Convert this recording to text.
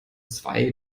zwei